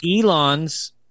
Elon's –